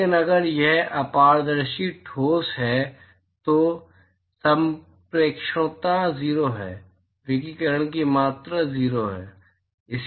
लेकिन अगर यह अपारदर्शी ठोस है तो संप्रेषणता 0 है विकिरण की मात्रा 0 है